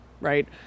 Right